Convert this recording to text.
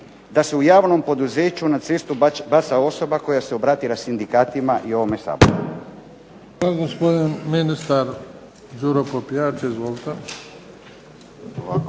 da se u javnom poduzeću na cestu baca osoba koja se obratila sindikatima i ovome Saboru?